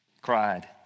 cried